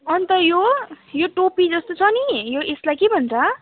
अन्त यो यो टोपी जस्तो छ नि यो यसलाई के भन्छ